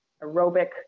aerobic